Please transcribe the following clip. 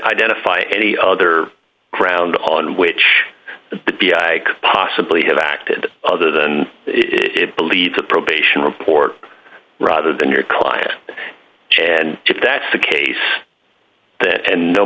identify any other ground on which the could possibly have acted other than it believes the probation report rather than your client and if that's the case and no